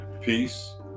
Peace